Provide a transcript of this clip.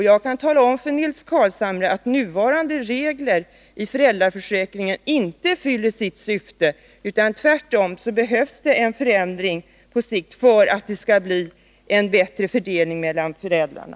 Jag kan tala om för Nils Carlshamre att nuvarande regler i föräldraförsäkringen inte fyller sitt syfte, utan att det tvärtom på sikt behövs en förändring för att det skall bli en bättre fördelning mellan föräldrarna.